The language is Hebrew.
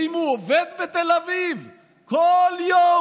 ואם הוא עובד בתל אביב כל יום,